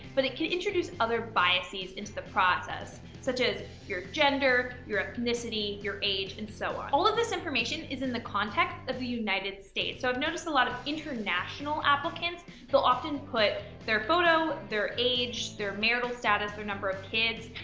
but it can introduce other biases into the process, such as your gender, your ethnicity, your age, and so on. all of this information is in the context of the united states, so i've noticed a lot of international applicants they'll often put their photo, their age, their marital status, their number of kids.